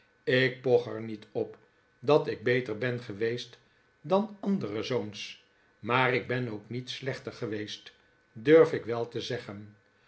ik poch er niet op dat ik beter ben geweest dan andere zoons maar ik ben ook niet slechter geweest durf ik wel te zeggen